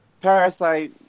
Parasite